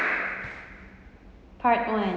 part one